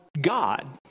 God